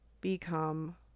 become